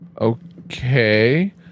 okay